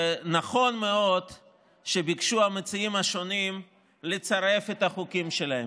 ונכון מאוד שביקשו המציעים השונים לצרף את החוקים שלהם,